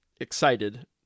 excited